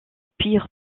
pire